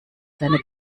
seine